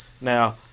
Now